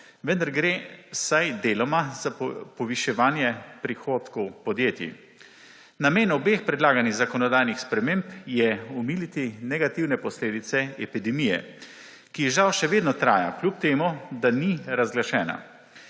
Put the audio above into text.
Vendar gre vsaj deloma za poviševanje prihodkov podjetij. Namen obeh predlaganih zakonodajnih sprememb je omiliti negativne posledice epidemije, ki žal še vedno traja, kljub temu, da ni razglašena.